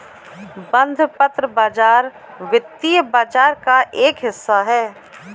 बंधपत्र बाज़ार वित्तीय बाज़ार का एक हिस्सा है